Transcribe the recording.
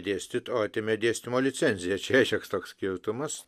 dėstyt o atėmė dėstymo licenciją čia šioks toks skirtumas